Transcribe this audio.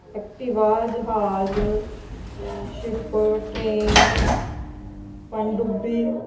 Activa ਜਹਾਜ਼ ship train ਪਣਡੁੱਬੀ